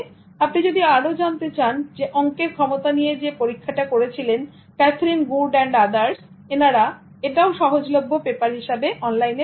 এবং আপনি যদি আরো জানতে চান অংকের ক্ষমতা নিয়ে যে পরীক্ষাটা করেছিলেন Catherine Good and others এনারা এটাও সহজলভ্য পেপার হিসেবে অনলাইন